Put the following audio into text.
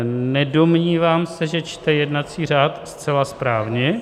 Nedomnívám se, že čte jednací řád zcela správně.